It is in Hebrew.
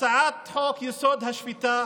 הצעת חוק-יסוד: השפיטה